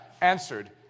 answered